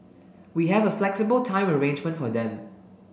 we have a flexible time arrangement for them